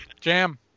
Jam